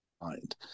mind